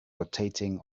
rotating